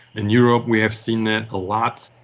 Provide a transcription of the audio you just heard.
in europe we have seen that a lot.